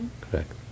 Correct